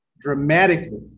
dramatically